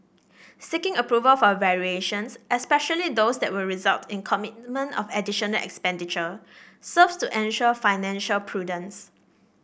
seeking approval for variations especially those that would result in commitment of additional expenditure serves to ensure financial prudence